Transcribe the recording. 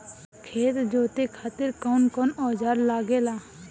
खेत जोते खातीर कउन कउन औजार लागेला?